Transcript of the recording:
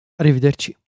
Arrivederci